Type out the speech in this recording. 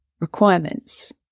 requirements